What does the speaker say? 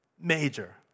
Major